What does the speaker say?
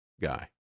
guy